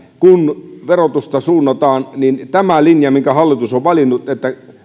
kun verotusta suunnataan niin tämä linja minkä hallitus on valinnut että